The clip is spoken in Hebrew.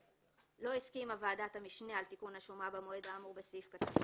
(ב4)לא הסכימה ועדת המשנה על תיקון השומה במועד האמור בסעיף קטן